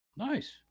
Nice